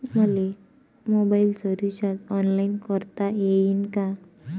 मले मोबाईलच recharge online करता येईन का?